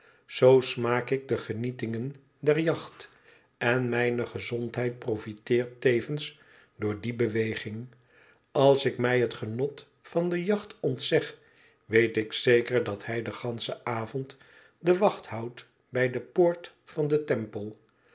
zoo smaak ik de genietingen der jacht en mijne gezondheid profiteert tevens door die beweging als ik mij het genot van de jacht ontzeg weet ik zeker dat liij den ganschen avond de wacht houdt bij de poort van den temple